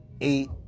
eight